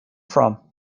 from